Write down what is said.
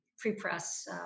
pre-press